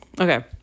Okay